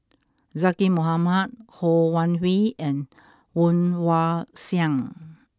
Zaqy Mohamad Ho Wan Hui and Woon Wah Siang